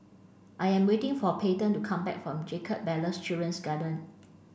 I am waiting for Payten to come back from Jacob Ballas Children's Garden